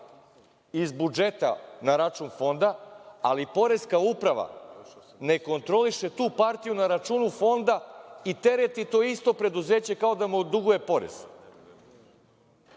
iz budžeta na račun fonda, ali poreska uprava ne kontroliše tu partiju na računu fonda i tereti to isto preduzeće kao da mu duguje porez. Tako